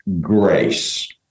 grace